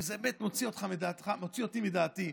וזה באמת מוציא אותי מדעתי,